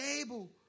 able